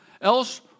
Else